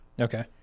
Okay